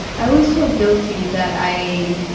i always feel ah guilty that i